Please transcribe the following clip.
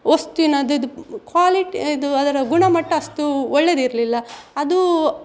ವಸ್ತುವಿನದಿದು quality ಇದು ಅದರ ಗುಣಮಟ್ಟ ಅಷ್ಟು ಒಳ್ಳೆಯದಿರ್ಲಿಲ್ಲ ಅದು